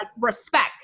respect